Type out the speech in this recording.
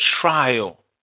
trial